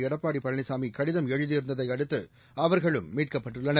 எடப்பாடி பழனிசாமி கடிதம் எழுதியிருந்தை அடுத்து அவர்களும் மீட்கப்பட்டுள்ளனர்